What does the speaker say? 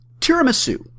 Tiramisu